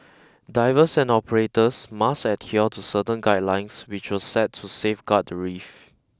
divers and operators must adhere to certain guidelines which were set to safeguard the reef